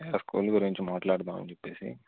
school గురించి మాట్లాడదాం అని చెప్పేసి